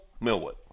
Millwood